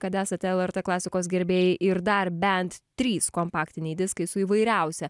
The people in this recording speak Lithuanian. kad esat lrt klasikos gerbėjai ir dar bent trys kompaktiniai diskai su įvairiausia